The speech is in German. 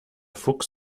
fuchs